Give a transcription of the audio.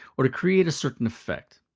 or to create a certain effect.